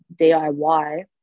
DIY